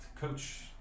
coach